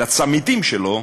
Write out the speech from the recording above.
לצמיתים שלו,